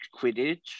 quidditch